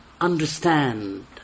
understand